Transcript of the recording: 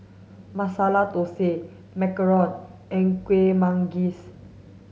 masala thosai macarons and kuih manggis